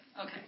okay